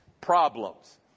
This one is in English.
problems